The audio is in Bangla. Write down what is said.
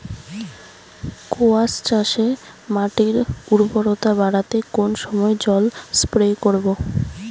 কোয়াস চাষে মাটির উর্বরতা বাড়াতে কোন সময় জল স্প্রে করব?